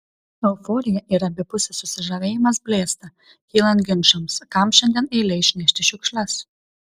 euforija ir abipusis susižavėjimas blėsta kylant ginčams kam šiandien eilė išnešti šiukšles